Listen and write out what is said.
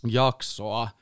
jaksoa